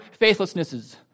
faithlessnesses